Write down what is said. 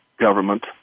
Government